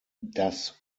das